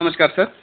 नमस्कार सर